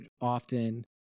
often